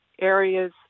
areas